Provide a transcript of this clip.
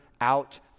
out